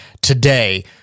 today